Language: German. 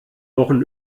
wochen